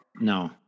No